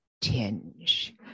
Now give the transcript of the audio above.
tinge